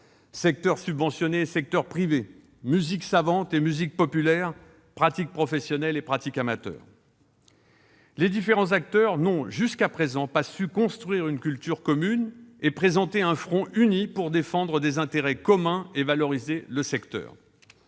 secteur subventionné et secteur privé, musique « savante » et musiques populaires, pratique professionnelle et pratique amateur ... Les différents acteurs n'ont, jusqu'à présent, pas su construire une culture commune et présenter un front uni pour défendre des intérêts communs et valoriser le secteur.